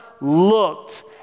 looked